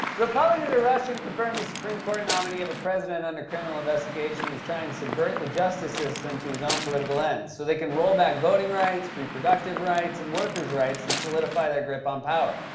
republicans are rushing to confirm the supreme court nominee of a president under criminal investigation who's trying to subvert the justice system to his own political ends so they can roll back voting rights, reproductive rights, and workers' rights, and solidify their grip on power.